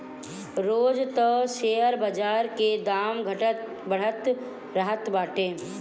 रोज तअ शेयर बाजार के दाम घटत बढ़त रहत बाटे